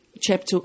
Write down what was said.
chapter